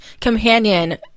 companion